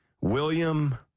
William